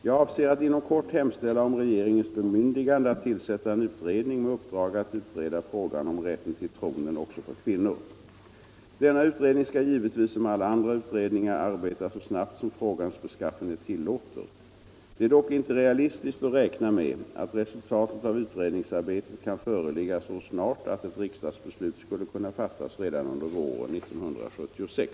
Jag avser att inom kort hemställa om regeringens bemyndigande att tillsätta en utredning med uppdrag att utreda frågan om rätt till tronen också för kvinnor. Denna utredning skall givetvis som alla andra utredningar arbeta så snabbt som frågans beskaffenhet tillåter. Det är dock inte realistiskt att räkna med att resultatet av utredningsarbetet kan föreligga så snart att ett riksdagsbeslut skulle kunna fattas redan under våren 1976.